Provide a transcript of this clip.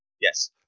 Yes